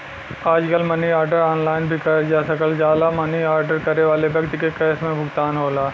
आजकल money order online भी करल जा सकल जाला मनी आर्डर करे वाले व्यक्ति के कैश में भुगतान होला